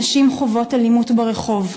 נשים חוות אלימות ברחוב,